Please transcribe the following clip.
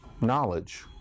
Knowledge